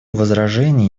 возражений